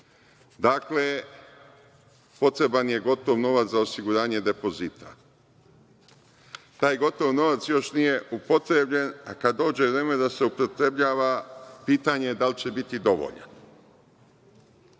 Dakle, potreban je gotov novac za osiguranje depozita. Taj gotov novac još nije upotrebljen, a kada dođe vreme da se upotrebljava, pitanje je da li će biti